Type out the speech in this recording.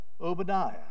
Obadiah